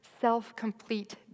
self-complete